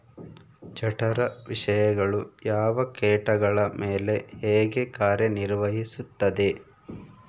ಜಠರ ವಿಷಯಗಳು ಯಾವ ಕೇಟಗಳ ಮೇಲೆ ಹೇಗೆ ಕಾರ್ಯ ನಿರ್ವಹಿಸುತ್ತದೆ?